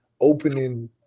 opening